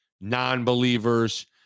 non-believers